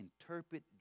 interpret